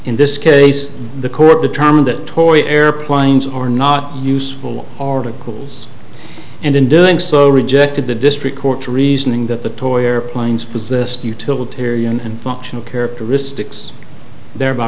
in this case the court determined that toy airplanes are not useful articles and in doing so rejected the district court reasoning that the toy or planes possess utilitarian and functional characteristics thereby